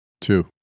two